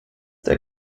der